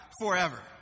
forever